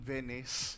Venice